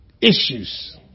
issues